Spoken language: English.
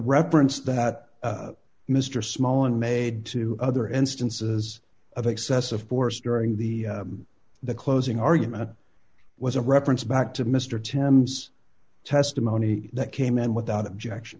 reference that mr small and made to other instances of excessive force during the the closing argument was a reference back to mr thames testimony that came in without objection